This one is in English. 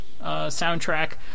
soundtrack